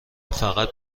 فقط